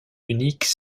unique